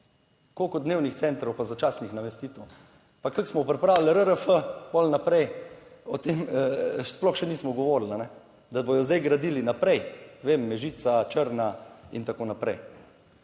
koliko dnevnih centrov pa začasnih namestitev? Pa kako smo pripravili RRF pol naprej, o tem sploh še nismo govorili, da bodo zdaj gradili naprej. Vem, Mežica, Črna in tako naprej,